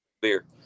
beer